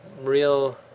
Real